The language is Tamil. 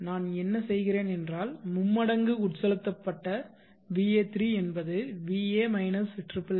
நான் என்ன செய்கிறேன் என்றால் மும்மடங்கு உட்செலுத்தப்பட்ட va3 என்பது va minus triplen